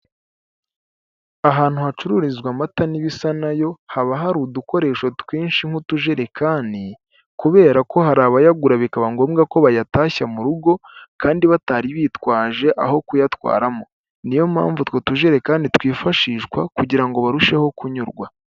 Ahantu hacururizwa amata n'ibisa na yo haba hari udukoresho twinshi nk'utujerekani kubera ko hari abayagura bikaba ngombwa ko bayatashya mu rugo kandi batari bitwaje aho kuyatwaramo, ni yo mpamvu utwo tujerekan twifashishwa kugira ngo barusheho kunyurwa.